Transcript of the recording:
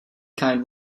kind